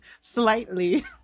slightly